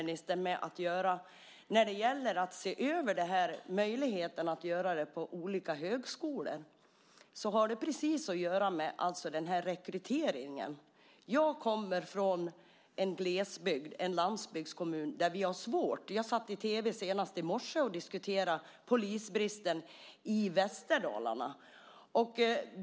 När det gäller att se över möjligheterna till en sådan utbildning vid olika högskolor, liksom rekryteringen, är det en fråga för justitieministern. Jag kommer från glesbygden, från en landsbygdskommun där vi har det svårt. Senast i morse satt jag i tv och diskuterade polisbristen i Västerdalarna.